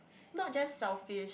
not just selfish